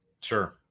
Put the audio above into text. Sure